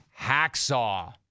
hacksaw